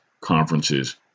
conferences